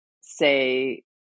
say